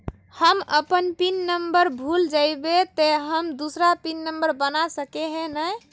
हम अपन pin number भूल जयबे ते हम दूसरा पिन नंबर बना सके है नय?